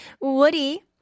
Woody